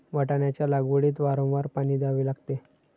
वाटाण्याच्या लागवडीत वारंवार पाणी द्यावे लागते